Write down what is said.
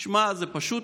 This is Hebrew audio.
תשמע, זה פשוט,